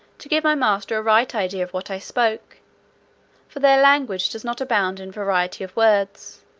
to give my master a right idea of what i spoke for their language does not abound in variety of words,